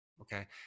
Okay